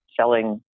selling